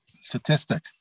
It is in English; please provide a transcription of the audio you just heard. statistic